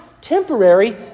temporary